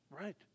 Right